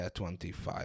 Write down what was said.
25